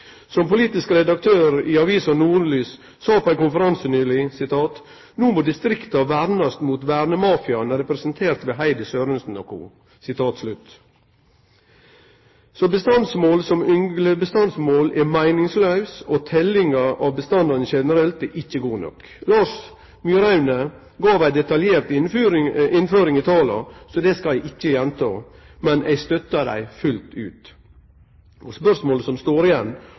Som politisk redaktør i avisa Nordlys sa på ei konferanse nyleg, no må distrikta vernast mot vernemafiaen, representert ved Heidi Sørensen & Co. Så bestandsmål er meiningslaust, og teljinga av bestandane generelt er ikkje god nok. Lars Myraune gav ei detaljert innføring i tala si, så det skal eg ikkje gjenta, men eg støttar det fullt ut. Spørsmålet som står igjen,